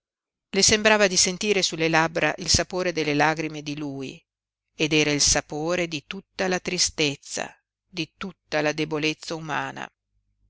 le sembrava di sentire sulle labbra il sapore delle lagrime di lui ed era il sapore di tutta la tristezza di tutta la debolezza umana